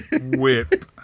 whip